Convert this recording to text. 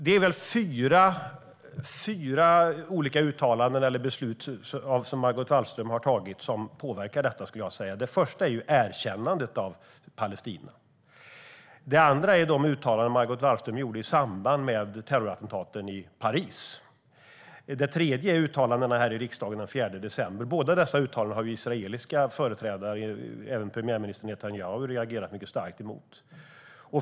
Det är fyra olika uttalanden eller beslut från Margot Wallström som påverkar detta, skulle jag säga. Det första är erkännandet av Palestina. Det andra är de uttalanden som Margot Wallström gjorde i samband med terrorattentaten i Paris. Det tredje är uttalandena här i riksdagen den 4 december. Uttalandena vid båda dessa tillfällen har israeliska företrädare, även premiärminister Netanyahu, reagerat mycket starkt emot.